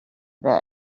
that